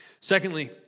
Secondly